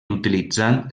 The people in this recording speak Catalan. utilitzant